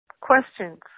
Questions